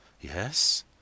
Yes